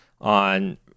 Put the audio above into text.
on